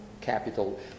capital